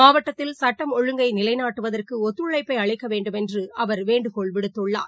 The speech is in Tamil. மாவட்டத்தில் சட்டம் ஒழுங்கை நிலைநாட்டுவதற்குடுத்துழைப்பைஅளிக்கவேண்டும்என்றுஅவர் வேண்டுகோள் விடுத்துள்ளார்